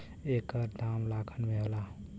एकर दाम लाखन में होला